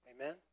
Amen